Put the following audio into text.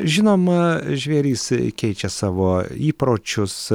žinoma žvėrys keičia savo įpročius